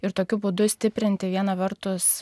ir tokiu būdu stiprinti viena vertus